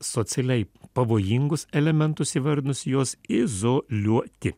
socialiai pavojingus elementus įvardinus juos izoliuoti